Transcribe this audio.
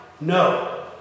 no